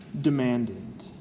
demanded